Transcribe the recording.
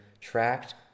Tracked